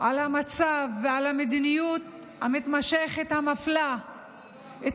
על המצב ועל המדיניות המתמשכת המפלה את